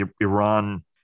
Iran